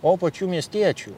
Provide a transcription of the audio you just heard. o pačių miestiečių